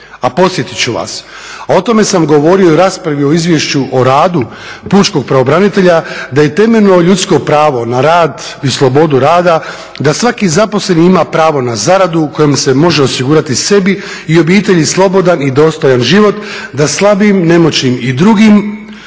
A podsjetit ću vas, o tome sam govorio i u raspravi o Izvješću o radu pučkog pravobranitelja, da je temeljno ljudsko pravo na rad i slobodu rada, da svaki zaposleni ima pravo na zaradu kojom si može osigurati sebi i obitelji slobodan i dostojan život, da slabijim, nemogućnim i drugim